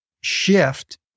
shift